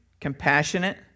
compassionate